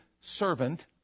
servant